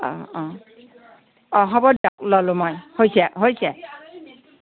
অ অ অ হ'ব দিয়ক ললোঁ মই হৈছে হৈছে